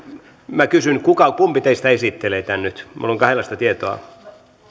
kysyn kumpi teistä esittelee tämän minulla on kahdenlaista tietoa